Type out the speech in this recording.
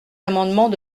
amendements